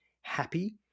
happy